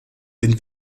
den